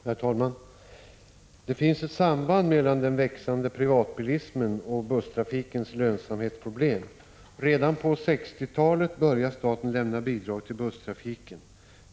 Herr talman! Det finns ett samband mellan den växande privatbilismen och busstrafikens lönsamhetsproblem. Redan på 1960-talet började staten lämna bidrag till busstrafiken.